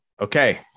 okay